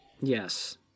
Yes